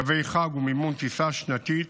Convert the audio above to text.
תווי חג ומימון טיסה שנתית